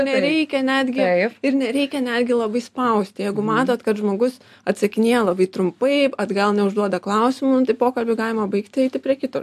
nereikia netgi ir nereikia netgi labai spausti jeigu matot kad žmogus atsakinėja labai trumpai atgal neužduoda klausimų nu tai pokalbį galima baigti eiti prie kito